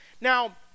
now